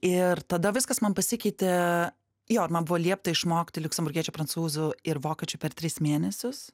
ir tada viskas man pasikeitė jo ir man buvo liepta išmokti liuksemburgiečių prancūzų ir vokiečių per tris mėnesius